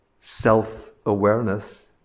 self-awareness